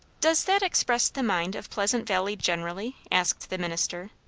does that express the mind of pleasant valley generally? asked the minister,